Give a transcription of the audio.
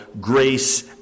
grace